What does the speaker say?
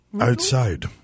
outside